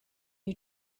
you